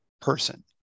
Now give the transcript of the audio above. person